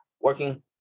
working